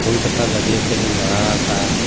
ᱯᱩᱱ ᱪᱟᱠᱟ ᱜᱟᱹᱰᱤ ᱟᱛᱮᱫ ᱤᱧ ᱫᱟᱬᱟᱣ ᱟᱠᱟᱫᱟ